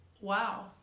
wow